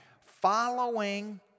following